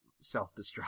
self-destruct